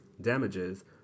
damages